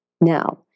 Now